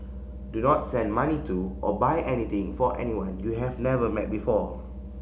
do not send money to or buy anything for anyone you have never met before